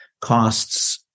costs